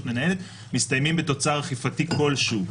מנהלת מסתיימים בתוצר אכיפתי כלשהו,